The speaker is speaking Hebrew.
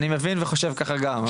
אני מבין וחושב ככה גם.